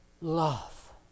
love